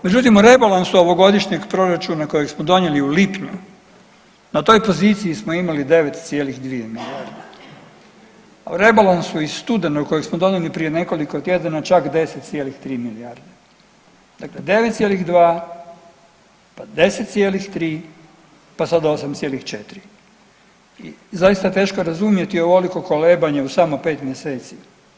Međutim, o rebalansu ovogodišnjeg proračuna kojeg smo donijeli u lipnju, na toj poziciji smo imali 9,2 milijarde, a o rebalansu iz studenog kojeg smo donijeli prije nekoliko tjedana čak 10,3 milijarde, dakle 9,2, pa 10,3, pa sad 8,4 i zaista teško je razumjeti ovoliko kolebanje u samo 5 mjeseci.